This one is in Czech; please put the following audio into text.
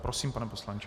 Prosím, pane poslanče.